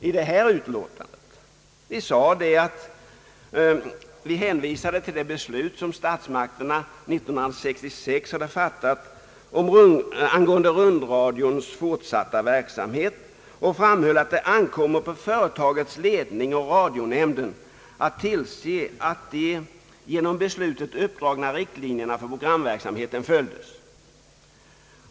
Utskottet hänvisade till det beslut som statsmakterna hade fattat 1966 angående rundradions fortsatta verksamhet och framhöll att det ankommer på företagets ledning och radionämnden att tillse att de genom beslutet uppdragna riktlinjerna för programverksamheten följs.